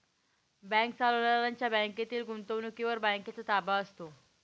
bank चालवणाऱ्यांच्या बँकेतील गुंतवणुकीवर बँकेचा ताबा असतो